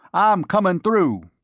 i'm comin' through.